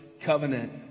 covenant